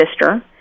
sister